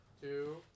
two